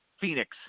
Phoenix